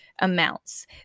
amounts